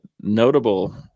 notable